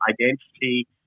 identity